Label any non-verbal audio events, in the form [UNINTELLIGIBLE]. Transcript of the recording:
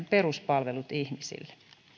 [UNINTELLIGIBLE] peruspalvelut ihmisille